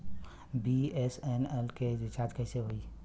BSNL के recharge कैसे होयी?